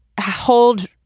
hold